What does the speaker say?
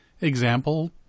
Example